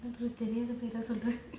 தெரியாத பெயரை சொல்ற:teriyaatha pera solra